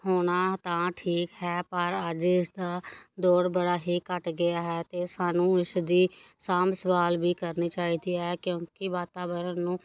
ਹੋਣਾ ਤਾਂ ਠੀਕ ਹੈ ਪਰ ਅੱਜ ਇਸਦਾ ਦੌਰ ਬੜਾ ਹੀ ਘੱਟ ਗਿਆ ਹੈ ਅਤੇ ਸਾਨੂੰ ਇਸਦੀ ਸਾਂਭ ਸੰਭਾਲ ਵੀ ਕਰਨੀ ਚਾਹੀਦੀ ਹੈ ਕਿਉਂਕਿ ਵਾਤਾਵਰਨ ਨੂੰ